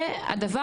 הדבר.